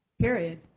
period